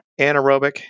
anaerobic